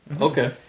Okay